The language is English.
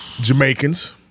Jamaicans